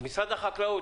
משרד החקלאות,